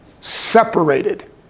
separated